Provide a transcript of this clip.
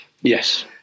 yes